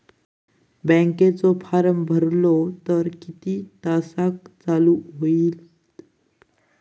बँकेचो फार्म भरलो तर किती तासाक चालू होईत?